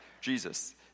Jesus